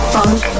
Funk